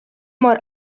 mor